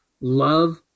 love